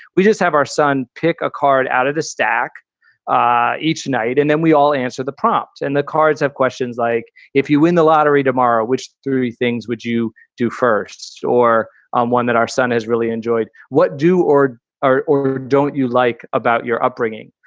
we just have our son pick a card out of the stack ah each night and then we all answer the prompts. and the cards have questions like if you win the lottery tomorrow, which three things would you do first? or on one that our son has really enjoyed. what do or or or don't you like about your upbringing?